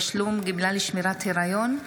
(תשלום גמלה לשמירת היריון),